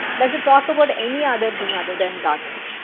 does it talk about any other thing other than gandhi,